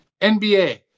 NBA